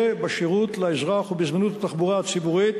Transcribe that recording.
בשירות לאזרח ובזמינות התחבורה הציבורית,